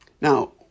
Now